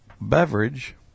Beverage